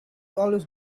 always